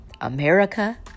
America